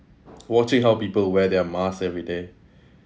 watching how people wear their mask every day